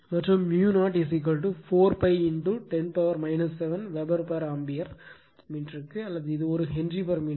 மற்றும் 0 4 π 10 7 weber ampere மீட்டருக்கு அல்லது இது ஒரு ஹென்றி மீட்டருக்கு